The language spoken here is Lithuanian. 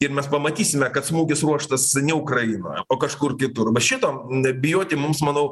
ir mes pamatysime kad smūgis ruoštas ne ukrainoje o kažkur kitur va šito bijoti mums manau